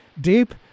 deep